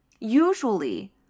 Usually